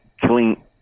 killing